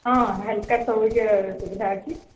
ହଁ ହାଲ୍କା ଶୌଚ ସୁବିଧା ଅଛି